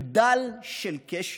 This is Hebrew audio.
בדל של קשר.